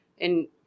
And-